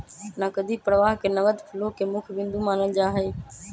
नकदी प्रवाह के नगद फ्लो के मुख्य बिन्दु मानल जाहई